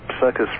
circus